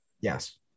Yes